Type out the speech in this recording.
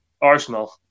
arsenal